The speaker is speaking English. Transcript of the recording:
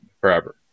forever